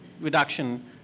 reduction